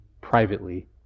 privately